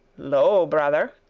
lo, brother,